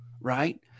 right